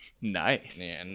Nice